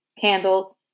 candles